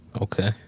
Okay